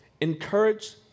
encourage